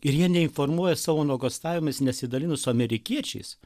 ir jie neinformuoja savo nuogąstavimais nesidalina su amerikiečiais